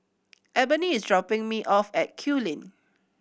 Eboni is dropping me off at Kew Lane